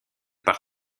par